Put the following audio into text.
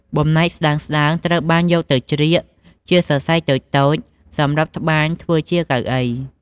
បំណែកស្ដើងៗត្រូវបានយកទៅជ្រៀកជាសរសៃតូចៗសម្រាប់ត្បាញធ្វើជាកៅអី។